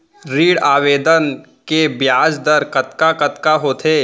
ऋण आवेदन के ब्याज दर कतका कतका होथे?